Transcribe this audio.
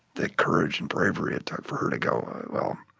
the courage and bravery it took for her to go well,